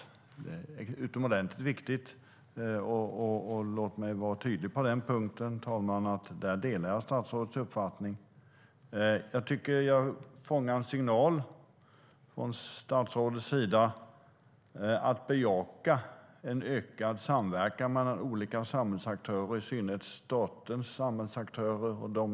Det är utomordentligt viktigt, och låt mig vara tydlig med att jag delar statsrådets uppfattning på den punkten. Jag tycker att jag fångar upp en signal från statsrådet om att bejaka ökad samverkan mellan olika samhällsaktörer, i synnerhet statens samhällsaktörer.